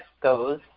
goes